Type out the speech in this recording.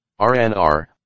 RNR